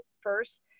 first